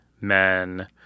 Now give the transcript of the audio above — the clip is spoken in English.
men